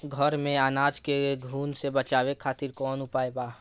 घर में अनाज के घुन से बचावे खातिर कवन उपाय बा?